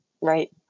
Right